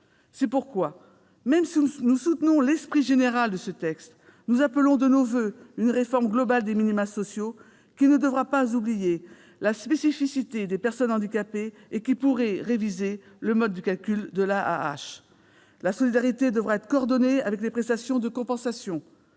C'est pourquoi, même si nous soutenons l'esprit général du texte, nous appelons de nos voeux une réforme globale des minima sociaux, qui ne devra pas oublier la spécificité des personnes handicapées et qui pourrait réviser le mode de calcul de l'AAH. La solidarité devra être coordonnée avec les prestations de compensation.